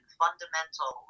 fundamental